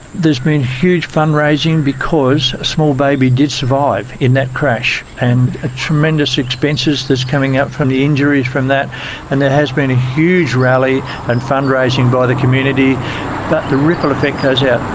there's been huge fundraising because a small baby did survive in that crash. and tremendous expenses that's coming out from the injuries from that and there has been a huge rally and fundraising by the community. but the ripple effect goes yeah